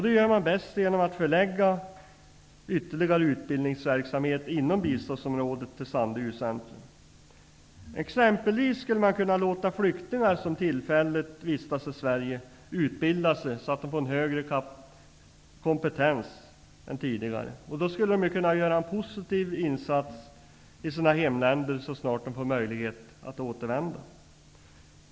Det gör man bäst genom att förlägga ytterligare utbildningsverksamhet inom biståndsområdet till Man skulle exempelvis kunna låta flyktingar som tillfälligt vistas i Sverige utbilda sig så att de får en högre kompetens än tidigare. De skulle då kunna göra en positiv insats i sina hemländer så snart de får möjlighet att återvända.